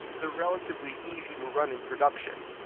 they're relatively easy to run in production.